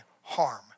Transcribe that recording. harm